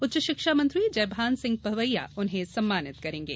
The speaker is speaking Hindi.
उच्च शिक्षा मंत्री जयभान सिंह पवैया उन्हें सम्मानित करेंगे